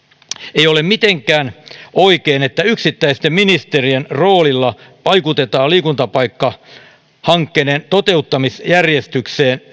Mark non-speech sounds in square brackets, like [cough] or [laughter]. ei ole mitenkään oikein että yksittäisten ministerien roolilla vaikutetaan liikuntapaikkahankkeiden toteuttamisjärjestykseen [unintelligible]